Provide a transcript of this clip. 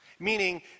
Meaning